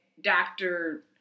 doctor